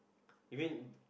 you mean